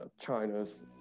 China's